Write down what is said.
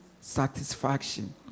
satisfaction